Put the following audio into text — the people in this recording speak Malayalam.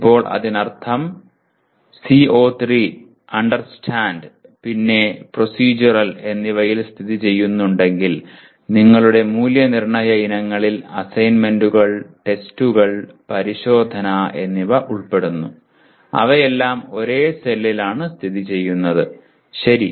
ഇപ്പോൾ അതിനർത്ഥം CO3 അണ്ടർസ്റ്റാൻഡ് പിന്നെ പ്രോസെഡ്യൂറൽ എന്നിവയിൽ സ്ഥിതിചെയ്യുന്നുവെങ്കിൽ നിങ്ങളുടെ മൂല്യനിർണ്ണയ ഇനങ്ങളിൽ അസൈൻമെന്റുകൾ ടെസ്റ്റുകൾ പരിശോധന എന്നിവ ഉൾപ്പെടുന്നു അവയെല്ലാം ഒരേ സെല്ലിലാണ് സ്ഥിതിചെയ്യുന്നത് ശരി